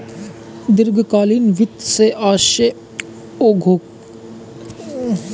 दीर्घकालीन वित्त से आशय औद्योगिक उपक्रम अथवा कम्पनी की वित्तीय आवश्यकताओं से है